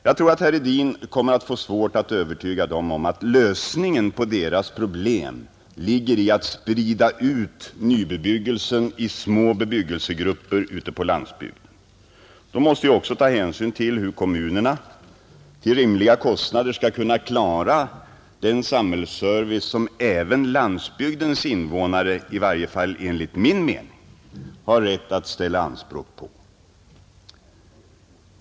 Jag tror att herr Hedin kommer att få svårt att övertyga dem om att lösningen på deras problem ligger i att sprida ut nybebyggelsen i små grupper ute på landsbygden. Vi måste ju också ta hänsyn till hur kommunerna till rimliga kostnader skall kunna klara den samhällsservice som även landsbygdens invånare i varje fall enligt min mening har rätt att ställa anspråk på.